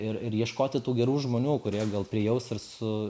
ir ir ieškoti tų gerų žmonių kurie gal prijaus ir su